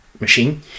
machine